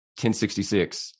1066